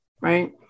right